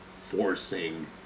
forcing